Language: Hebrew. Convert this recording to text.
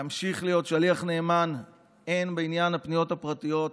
להמשיך להיות שליח נאמן הן בעניין הפניות הפרטיות,